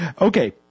okay